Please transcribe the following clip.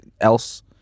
else